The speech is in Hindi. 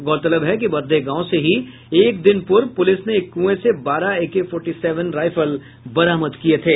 गौरतलब है कि बरधे गांव से ही एक दिन पूर्व पुलिस ने एक कुएं से बारह A K forty seven rifle बरामद किये थे